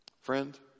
Friend